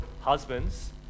Husbands